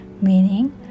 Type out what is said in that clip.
meaning